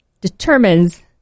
determines